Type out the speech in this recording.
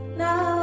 now